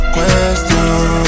Question